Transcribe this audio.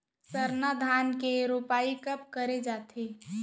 सरना धान के रोपाई कब करे जाथे?